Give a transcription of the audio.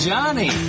Johnny